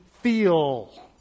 feel